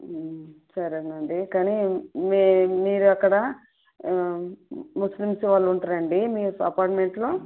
సరే అండి కానీ మీ మీరు అక్కడ ముస్లిమ్స్ వాళ్ళు ఉంటారా అండి మీ అపార్ట్మెంట్లో